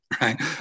right